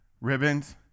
ribbons